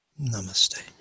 namaste